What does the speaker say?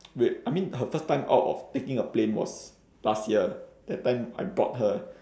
wait I mean her first time out of taking a plane was last year that time I brought her